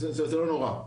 נורא.